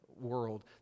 world